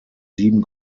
sieben